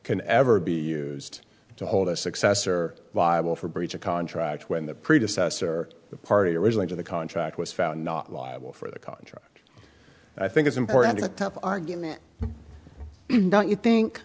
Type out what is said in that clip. can ever be used to hold a successor liable for breach of contract when the previous us or the party originator of the contract was found not liable for the contract i think is important in a tough argument don't you